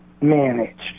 managed